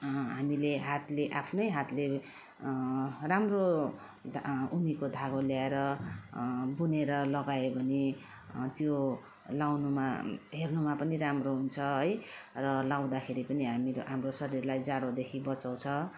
हामीले हातले आफ्नै हातले राम्रो ऊनीको धागो ल्याएर बुनेर लगायो भने त्यो लगाउनुमा हेर्नुमा पनि राम्रो हुन्छ है र लगाउँदाखेरि पनि हामी हाम्रो शरीरलाई जाडोदेखि बचाउँछ